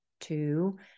two